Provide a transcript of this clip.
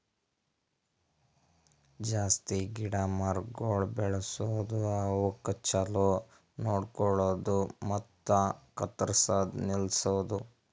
ಜಾಸ್ತಿ ಗಿಡ ಮರಗೊಳ್ ಬೆಳಸದ್, ಅವುಕ್ ಛಲೋ ನೋಡ್ಕೊಳದು ಮತ್ತ ಕತ್ತುರ್ಸದ್ ನಿಲ್ಸದು